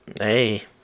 Hey